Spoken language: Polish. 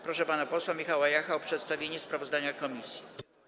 Proszę pana posła Michała Jacha o przedstawienie sprawozdania komisji.